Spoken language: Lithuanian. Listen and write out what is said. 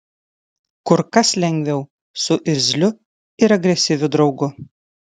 kur kas lengviau su irzliu ir agresyviu draugu